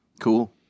Cool